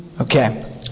Okay